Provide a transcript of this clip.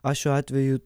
aš šiuo atveju